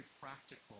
practical